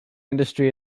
industry